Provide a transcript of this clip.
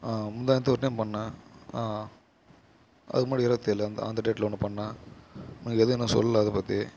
ஆ முந்தாநேத்து ஒரு டைம் பண்ணிணேன் ஆ அதுக்கு முன்னாடி இருபத்தி ஏழு அந்த அந்த டேட்டில் ஒன்று பண்ணிணேன் எனக்கு எதுவும் சொல்லலை அது பற்றி